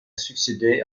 succédé